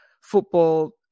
football